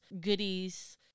goodies